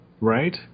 right